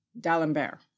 D'Alembert